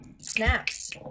snaps